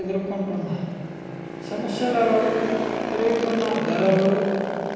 ఎదుర్కొంటున్నాయి సమస్యలలో పెరుగుతున్న ధరలు